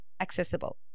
Accessible